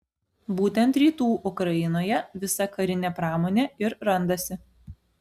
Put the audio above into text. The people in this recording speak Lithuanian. būtent rytų ukrainoje visa karinė pramonė ir randasi